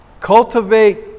Cultivate